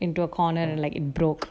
into a corner like it broke